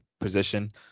position